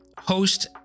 host